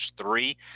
three